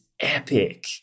epic